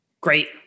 Great